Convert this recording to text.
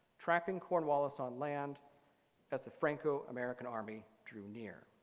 tracking cornwallis on land has the franco-american army drew near.